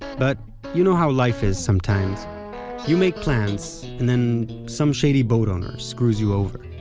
but you know how life is sometimes you make plans and then some shady boat owner screws you over